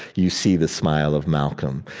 you see the smile of malcolm.